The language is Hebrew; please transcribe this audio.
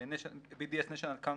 BDS national council,